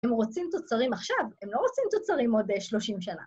‫הם רוצים תוצרים עכשיו, ‫הם לא רוצים תוצרים עוד 30 שנה.